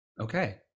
okay